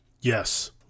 Yes